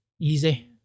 easy